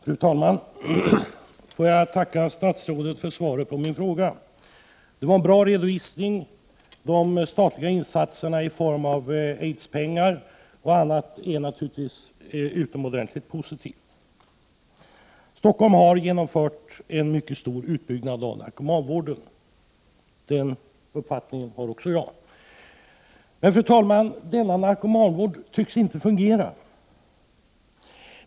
Fru talman! Får jag tacka statsrådet för svaret på min fråga. Det var en bra redovisning. De statliga insatserna i form av aidspengar och annat är naturligtvis utomordentligt positiva. Stockholm har genomfört en mycket stor utbyggnad av narkomanvården. Den uppfattningen har också jag. Men, fru talman, denna narkomanvård tycks inte fungera.